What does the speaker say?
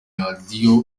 radiyo